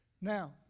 Now